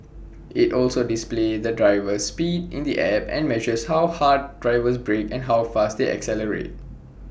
IT also displays the driver's speed in the app and measures how hard drivers brake and how fast they accelerate